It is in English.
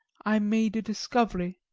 i made a discovery.